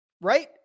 right